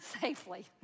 safely